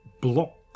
block